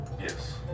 Yes